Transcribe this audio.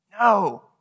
No